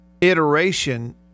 iteration